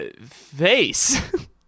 face